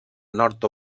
nord